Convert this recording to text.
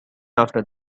after